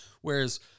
Whereas